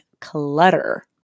clutter